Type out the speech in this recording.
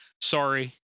sorry